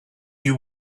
you